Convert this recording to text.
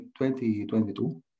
2022